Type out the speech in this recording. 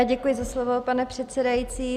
Děkuji za slovo, pane předsedající.